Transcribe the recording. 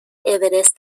اورست